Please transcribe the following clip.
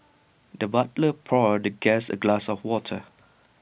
the butler poured the guest A glass of water